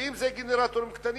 ואם זה גנרטורים קטנים,